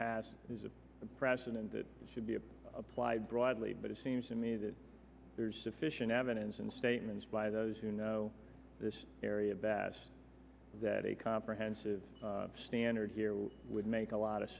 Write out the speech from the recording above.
past is a precedent that should be applied broadly but it seems to me that there's sufficient evidence and statements by those who know this area bass that a comprehensive standard here would make a lot of